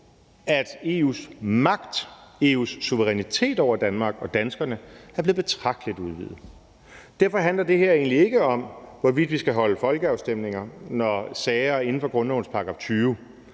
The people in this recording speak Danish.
at EU's magt og EU's suverænitet over Danmark og danskerne er blevet betragteligt udvidet. Derfor handler det her egentlig ikke om, hvorvidt vi skal holde folkeafstemninger, når sager er inden for grundlovens § 20.